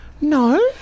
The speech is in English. No